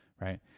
right